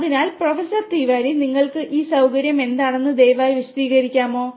അതിനാൽ പ്രൊഫസർ തിവാരി നിങ്ങൾക്കുള്ള ഈ സൌകര്യം എന്താണെന്ന് ദയവായി വിശദീകരിക്കാമോ